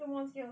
two more skills